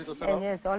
yes